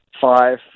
five